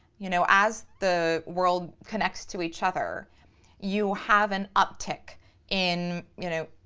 you know, as the world connects to each other you have an uptick in, you know,